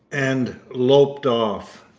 and loped off.